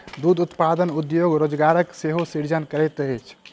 दूध उत्पादन उद्योग रोजगारक सेहो सृजन करैत अछि